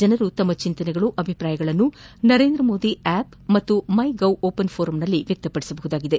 ಜನರು ತಮ್ಮ ಚಿಂತನೆ ಅಭಿಪ್ರಾಯಗಳನ್ನು ನರೇಂದ್ರ ಮೋದಿ ಆ್ಕಪ್ ಮತ್ತು ಮೈ ಗೌ ಓಪನ್ ಫೋರಂನಲ್ಲಿ ವ್ವಕ್ತಪಡಿಸಬಹುದಾಗಿದೆ